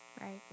Right